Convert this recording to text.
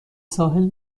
ساحل